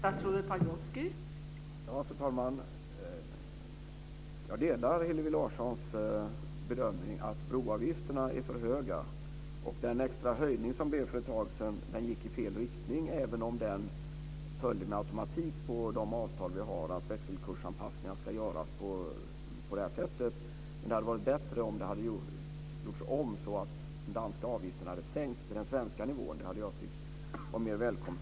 Fru talman! Jag delar Hillevi Larssons bedömning att broavgifterna är för höga. Den extra höjningen för ett tag sedan gick i fel riktning, även om den följde med automatik på de avtal vi har att växelkursanpassningar ska göras på det här sättet. Men det hade varit bättre om det hade gjorts om, så att den danska avgiften hade sänkts till den svenska nivån. Jag tycker att det hade varit mer välkommet.